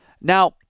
Now